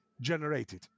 generated